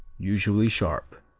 usually sharp.